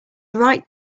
right